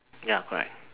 ya correct